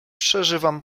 przeżywam